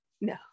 no